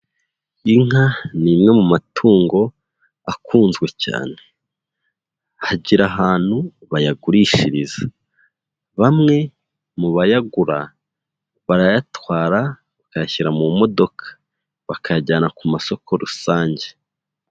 Inka ni imwe mu matungo akunzwe cyane, hagira ahantu bayagurishiriza, bamwe mu bayagura, barayatwara bakayashyira mu modoka, bakayajyana ku masoko rusange.